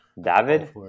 David